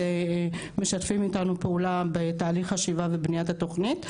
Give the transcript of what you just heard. משתפים איתנו פעולה בתהליך חשיבה ובניית התוכנית.